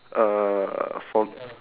uh for m~